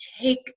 take